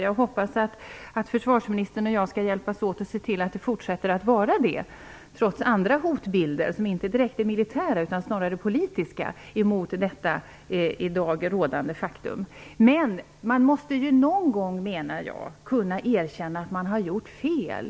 Jag hoppas att försvarsministern och jag skall hjälpas åt att se till att det fortsätter att vara det, trots andra hotbilder som inte direkt är militära utan snarare politiska mot detta i dag rådande faktum. Men man måste någon gång, menar jag, kunna erkänna att man har gjort fel.